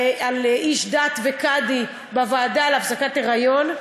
איש דת וקאדי בוועדה להפסקת היריון.